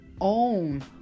own